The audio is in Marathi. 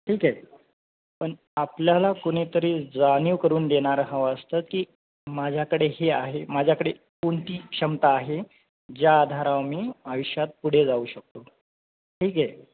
ठीके पण आपल्याला कोणीतरी जाणीव करून देणारं हवं असतं की माझ्याकडे हे आहे माझ्याकडे कोणती क्षमता आहे ज्या आधारावर मी आयुष्यात पुढे जाऊ शकतो ठीक आहे